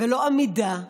אמידה,